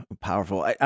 powerful